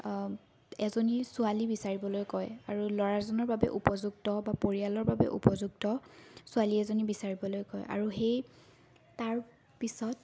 এজনী ছোৱালী বিচাৰিবলৈ কয় আৰু ল'ৰাজনৰ বাবে উপযুক্ত বা পৰিয়ালৰ বাবে উপযুক্ত ছোৱালী এজনী বিচাৰিবলৈ কয় আৰু সেই তাৰ পিছত